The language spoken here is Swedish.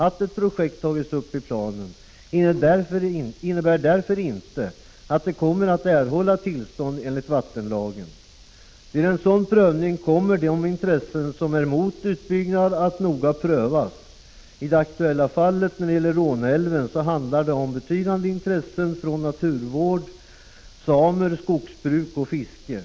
Att ett projekt tagits upp i planen innebär därför inte att det kommer att erhålla tillstånd enligt vattenlagen. Vid en sådan prövning kommer de intressen som är emot en utbyggnad att noga prövas. I det aktuella fallet, som gäller Råneälven, handlar det om betydande intressen från naturvården, samerna, skogsbruket och fisket.